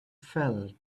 felt